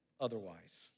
otherwise